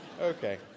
okay